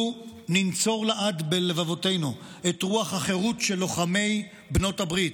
לו ננצור לעד בלבבותינו את רוח החירות שלוחמי בנות הברית,